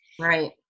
Right